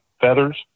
feathers